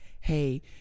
hey